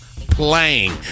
playing